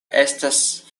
estas